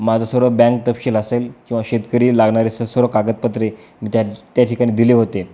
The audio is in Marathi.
माझं सर्व बँक तपशील असेल किंवा शेतकरी लागणारी असं सर्व कागदपत्रे मी त्या त्या ठिकाणी दिले होते